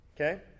Okay